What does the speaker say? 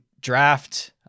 draft